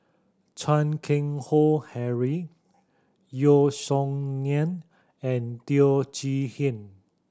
Chan Keng Howe Harry Yeo Song Nian and Teo Chee Hean